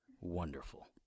Wonderful